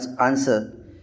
answer